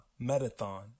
Metathon